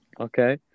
Okay